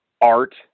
art